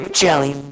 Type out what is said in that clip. jelly